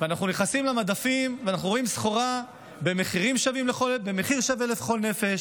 ואנחנו מסתכלים על המדפים ורואים סחורה במחיר שווה לכל נפש,